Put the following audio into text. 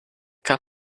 cup